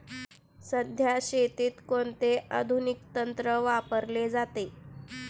सध्या शेतीत कोणते आधुनिक तंत्र वापरले जाते?